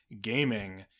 Gaming